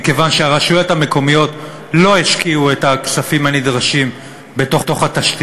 מכיוון שהרשויות המקומיות לא השקיעו את הכספים הנדרשים בתשתיות.